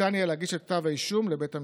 ניתן יהיה להגיש כתב אישום לבית המשפט.